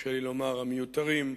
תרשה לי לומר, המיותרים,